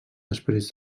després